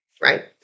right